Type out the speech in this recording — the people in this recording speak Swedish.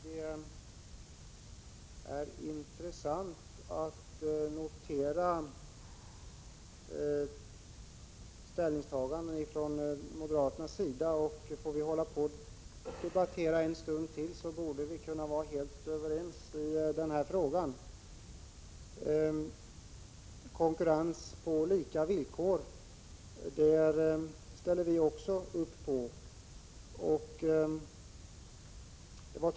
Herr talman! Det är intressant att notera moderaternas ställningstaganden. Om vi debatterar en stund till borde vi kunna bli helt överens i den här frågan. Konkurrens på lika villkor, det ställer vi också upp på.